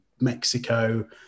Mexico